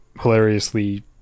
hilariously –